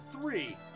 three